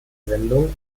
sendung